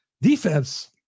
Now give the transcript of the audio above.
defense